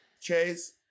Chase